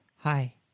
hi